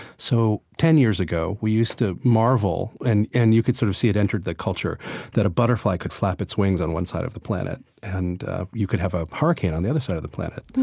so ten years ago, we used to marvel and and you could sort of see it entered the culture that a butterfly could flap its wings on one side of the planet and you could have a hurricane on the other side of the planet.